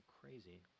crazy